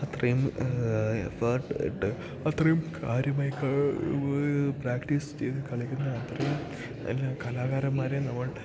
അത്രയും എഫർട്ട് ഇട്ട് അത്രയും കാര്യമായി പ്രാക്ടീസ് ചെയ്തു കളിക്കുന്ന അത്രയും കലാകാരന്മാരെ നമ്മൾ